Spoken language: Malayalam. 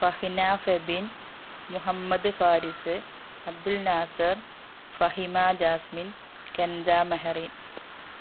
ഫഹിന ഫെബിന് മുഹമ്മദ് ഫാരിസ്സ് അബ്ദുൾ നാസര് ഫഹിമാ ജാസ്മിന് കെഞ്ചാ മെഹറിന്